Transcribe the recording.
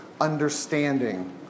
understanding